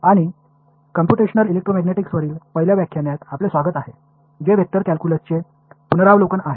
आणि कॉम्प्यूटेशनल इलेक्ट्रोमॅग्नेटिक्सवरील पहिल्या व्याख्यानात आपले स्वागत आहे जे वेक्टर कॅलक्युलसचे पुनरावलोकन आहे